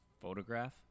photograph